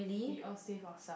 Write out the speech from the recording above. we all save ourselves